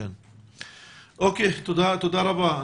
תודה רבה.